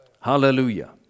Hallelujah